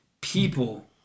people